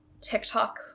TikTok